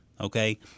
Okay